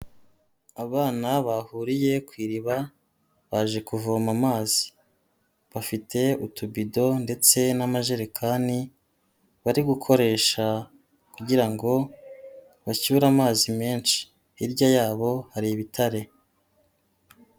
Abana bahuriye ku iriba baje kuvoma amazi, bafite utubido ndetse n'amajerekani bari gukoresha kugira ngo bacyure amazi menshi, hirya yabo hari ibitare.